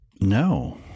No